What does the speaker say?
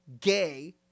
gay